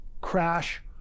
crash